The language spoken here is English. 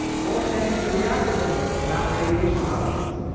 or sent into reactor buildings, to map radiation levels.